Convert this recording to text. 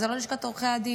וזה לא לשכת עורכי הדין.